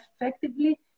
effectively